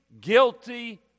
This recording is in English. guilty